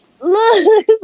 Look